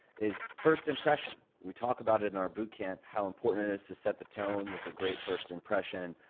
is first impression. we talk about it in our bootcamp, how important it is to set the tone with a great first impression.